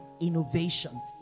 innovation